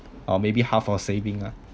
or maybe half of saving lah